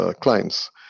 clients